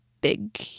big